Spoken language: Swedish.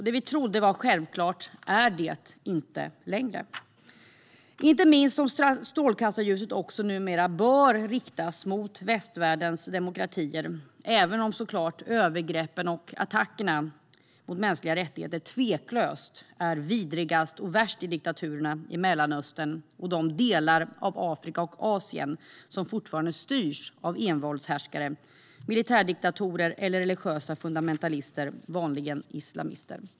Det vi trodde var självklart är det inte längre. Strålkastarljuset bör numera riktas inte minst mot västvärldens demokratier, även om övergreppen och attackerna mot mänskliga rättigheter tveklöst är vidrigast och värst i diktaturerna i Mellanöstern och i de delar av Afrika och Asien som fortfarande styrs av envåldshärskare, militärdiktatorer eller religiösa fundamentalister, vanligen islamister.